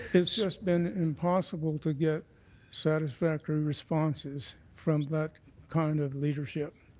it's just been impossible to get satisfactory responses from that kind of leadership.